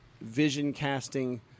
vision-casting